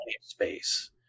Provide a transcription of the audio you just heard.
space